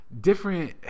different